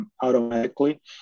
automatically